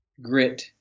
Grit